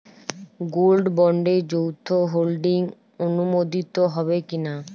Gold বন্ডে যৌথ holding অনুমোদিত হবে কিনা?